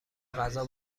غذا